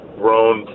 grown